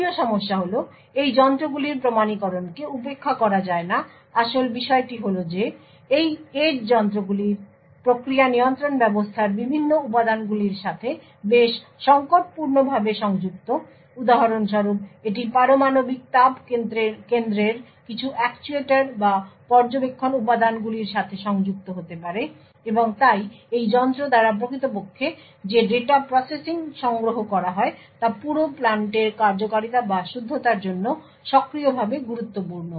২য় সমস্যা হল এই যন্ত্রগুলির প্রমাণীকরণকে উপেক্ষা করা যায় না আসল বিষয়টি হল যে এই এজ যন্ত্রগুলি প্রক্রিয়া নিয়ন্ত্রণ ব্যবস্থার বিভিন্ন উপাদানগুলির সাথে বেশ সংকটপূর্ণভাবে সংযুক্ত উদাহরণস্বরূপ এটি পারমাণবিক তাপ কেন্দ্রের কিছু অ্যাকচুয়েটর বা পর্যবেক্ষণ উপাদানগুলির সাথে সংযুক্ত হতে পারে এবং তাই এই যন্ত্র দ্বারা প্রকৃতপক্ষে যে ডেটা প্রসেসিং সংগ্রহ করা হয় তা পুরো প্ল্যান্টের কার্যকারিতা বা শুদ্ধতার জন্য সক্রিয়ভাবে গুরুত্বপূর্ণ